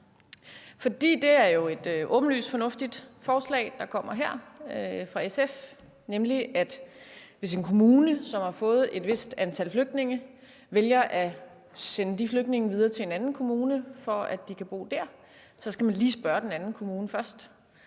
for det er jo et åbenlyst fornuftigt forslag, der kommer her fra SF, nemlig at hvis en kommune, som har fået et vist antal flygtninge, vælger at sende de flygtninge videre til en anden kommune, for at de kan bo der, skal man lige spørge den anden kommune først.